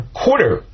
quarter